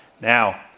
Now